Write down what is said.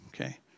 Okay